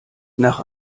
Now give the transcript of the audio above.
nach